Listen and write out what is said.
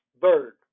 bird